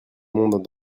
monde